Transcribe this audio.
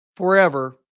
forever